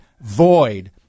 void